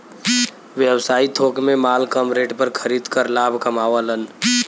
व्यवसायी थोक में माल कम रेट पर खरीद कर लाभ कमावलन